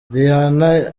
rihanna